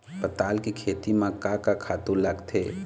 पताल के खेती म का का खातू लागथे?